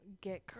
get